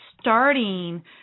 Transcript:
starting